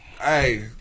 Hey